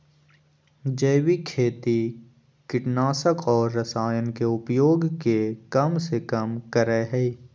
जैविक खेती कीटनाशक और रसायन के उपयोग के कम से कम करय हइ